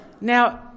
Now